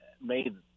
made